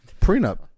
Prenup